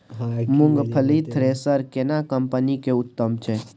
मूंगफली थ्रेसर केना कम्पनी के उत्तम छै?